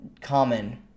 common